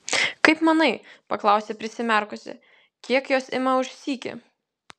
kaip manai paklausė prisimerkusi kiek jos ima už sykį